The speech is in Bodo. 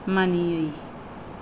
मानियै